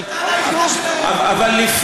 זו הטענה היחידה שלהם.